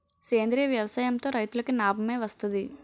సేంద్రీయ వ్యవసాయం తో రైతులకి నాబమే వస్తది